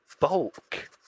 bulk